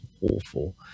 awful